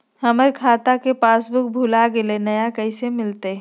हमर खाता के पासबुक भुला गेलई, नया कैसे मिलतई?